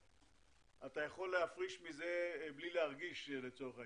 אתה יכול להפריש מזה בלי להרגיש, לצורך העניין.